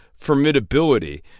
formidability